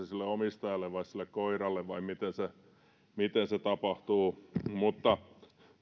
sille omistajalle vai sille koiralle vai miten se miten se tapahtuu mutta